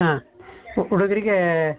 ಹಾಂ ಹುಡುಗ್ರಿಗೇ